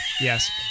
Yes